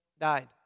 died